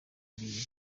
yagiriye